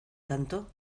tanto